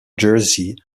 jersey